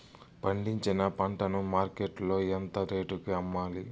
పండించిన పంట ను మార్కెట్ లో ఎంత రేటుకి అమ్మాలి?